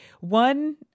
one